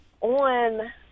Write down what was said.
on